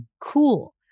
cool